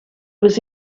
was